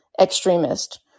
extremist